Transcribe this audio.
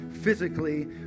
physically